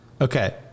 okay